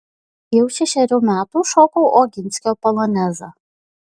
jau šešerių metų šokau oginskio polonezą